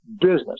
business